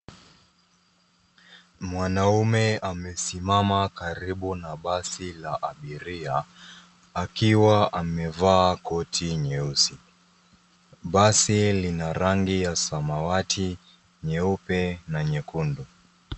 Mwanaume amesimama karibu na basi la abiria akiwa amevaa koti nyeusi. Basi lina rangi ya samawati, nyeupe na nyekundu.